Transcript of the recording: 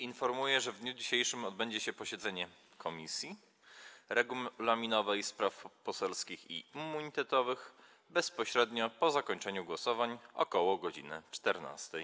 Informuję, że w dniu dzisiejszym odbędzie się posiedzenie Komisji Regulaminowej, Spraw Poselskich i Immunitetowych - bezpośrednio po zakończeniu głosowań, ok. godz. 14.